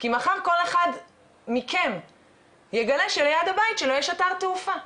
כי מחר כל אחד מכם יגלה שליד הבית שלו יש אתר תעופה,